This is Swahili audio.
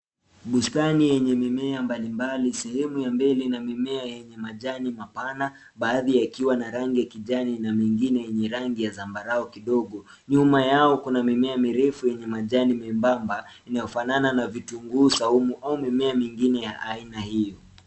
Sehemu ya mbele kuna mimea mbalimbali. Baadhi yake ina majani mapana, mengine yakiwa ya kijani na mengine yakionekana na rangi ya zambarau kidogo. Pia kuna mimea mirefu yenye majani membamba yanayofanana na vile vya vitunguu, pamoja na mimea mingine ya aina hiyo